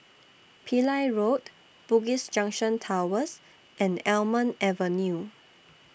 Pillai Road Bugis Junction Towers and Almond Avenue